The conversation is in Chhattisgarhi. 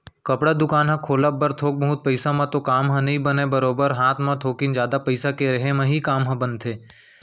कपड़ा दुकान ह खोलब बर थोक बहुत पइसा म तो काम ह नइ बनय बरोबर हात म थोकिन जादा पइसा के रेहे म ही काम ह बनथे